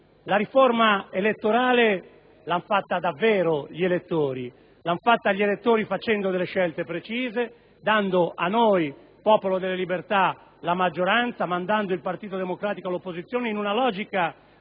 La riforma elettorale l'hanno davvero fatta gli elettori, facendo delle scelte precise: dando a noi, Popolo della Libertà, la maggioranza e mandando il Partito Democratico all'opposizione, in una logica